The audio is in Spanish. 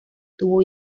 tuvo